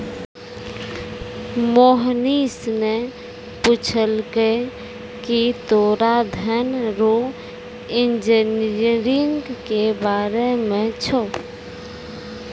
मोहनीश ने पूछलकै की तोरा धन रो इंजीनियरिंग के बारे मे छौं?